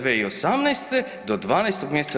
2018. do 12. mj.